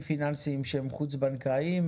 שהוועדה טיפלה וקידמה,